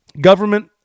Government